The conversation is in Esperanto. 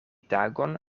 tagon